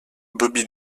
bobby